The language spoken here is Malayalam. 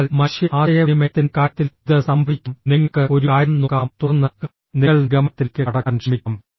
അതിനാൽ മനുഷ്യ ആശയവിനിമയത്തിന്റെ കാര്യത്തിലും ഇത് സംഭവിക്കാം നിങ്ങൾക്ക് ഒരു കാര്യം നോക്കാം തുടർന്ന് നിങ്ങൾ നിഗമനത്തിലേക്ക് കടക്കാൻ ശ്രമിക്കാം